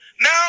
Now